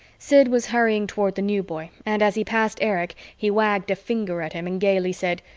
sid was hurrying toward the new boy, and as he passed erich, he wagged a finger at him and gayly said,